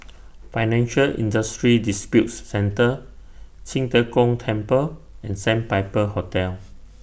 Financial Industry Disputes Centre Qing De Gong Temple and Sandpiper Hotel